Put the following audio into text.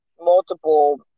multiple